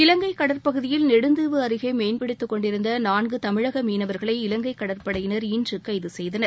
இலங்கை கடற்பகுதியில் நெடுந்தீவு அருகே மீன்பிடித்துக் கொண்டிருந்த நான்கு தமிழக மீனவர்களை இலங்கை கடற்படையினர் இன்று கைது செய்தனர்